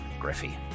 Griffey